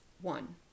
One